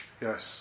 Yes